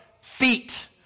feet